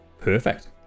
perfect